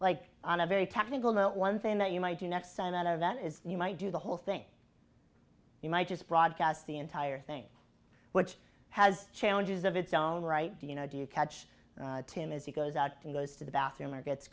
like on a very technical minute one thing that you might do next send out of that is you might do the whole thing you might just broadcast the entire thing which has challenges of its own right do you know do you catch tim as he goes out to goes to the bathroom or gets